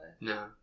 No